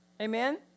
Amen